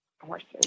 horses